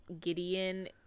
gideon